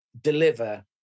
deliver